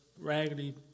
raggedy